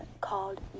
called